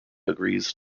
agrees